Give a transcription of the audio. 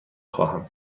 خواهم